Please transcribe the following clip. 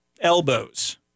elbows